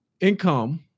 income